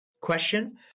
question